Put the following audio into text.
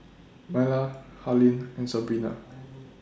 Myla Harlene and Sabrina